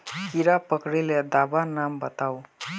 कीड़ा पकरिले दाबा नाम बाताउ?